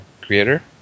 Creator